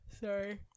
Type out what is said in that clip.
Sorry